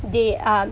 they are